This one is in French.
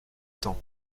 temps